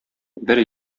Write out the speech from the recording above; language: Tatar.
бер